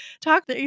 talk